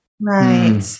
Right